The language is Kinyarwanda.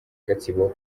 gatsibo